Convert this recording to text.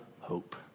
hope